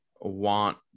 want